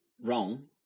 wrong